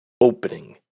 opening